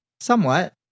Somewhat